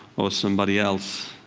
or somebody else.